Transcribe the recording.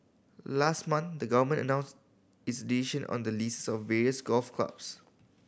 last month the Government announced its on the leases of various golf clubs